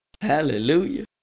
Hallelujah